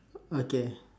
okay